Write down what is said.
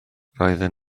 roedden